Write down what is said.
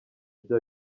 byo